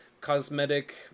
cosmetic